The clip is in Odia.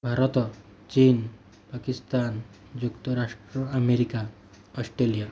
ଭାରତ ଚୀନ ପାକିସ୍ତାନ ଯୁକ୍ତରାଷ୍ଟ୍ର ଆମେରିକା ଅଷ୍ଟ୍ରେଲିଆ